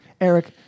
Eric